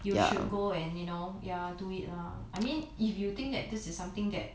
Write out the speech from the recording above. ya you should go and you know ya do it lah I mean if you think that this is something that